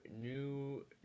New